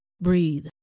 Breathe